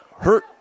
hurt